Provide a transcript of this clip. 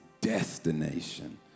destination